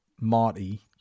Marty